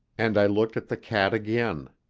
and i looked at the cat again.